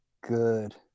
Good